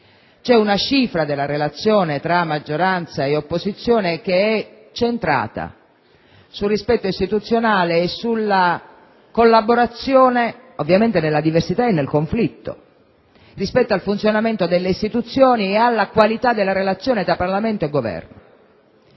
è una cifra, nella relazione tra maggioranza e opposizione, che è centrata sul rispetto istituzionale e sulla collaborazione, ovviamente nella diversità e nel conflitto, rispetto al funzionamento delle istituzioni e alla qualità della relazione tra Parlamento e Governo.